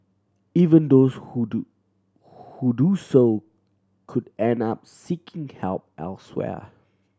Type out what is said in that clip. even those who do who do so could end up seeking help elsewhere